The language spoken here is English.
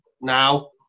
now